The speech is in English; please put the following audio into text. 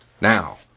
Now